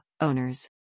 owners